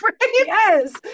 Yes